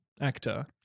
actor